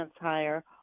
higher